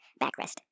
backrest